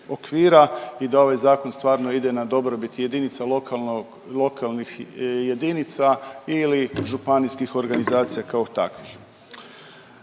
i da ovaj Zakon stvarno ide na dobrobit jedinica lokalnog, lokalnih jedinica ili županijskih organizacija kao takvih.